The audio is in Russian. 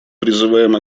призываем